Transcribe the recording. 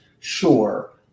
Sure